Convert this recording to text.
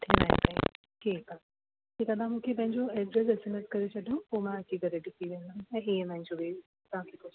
ठीकु आहे ठीकु आहे तव्हां मूंखे पंहिंजो एड्रेस एसएमएस करे छॾो पोइ मां अची करे ॾिसी वेंदमि ऐं ईएमआई जो बि तव्हांखे